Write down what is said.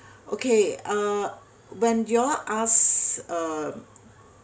okay uh when y'all ask uh